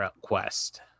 Quest